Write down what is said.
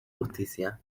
justicia